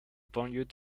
banlieue